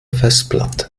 festplatte